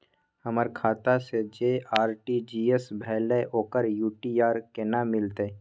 हमर खाता से जे आर.टी.जी एस भेलै ओकर यू.टी.आर केना मिलतै?